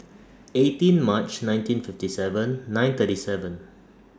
eighteen March nineteen fifty seven nine thirty seven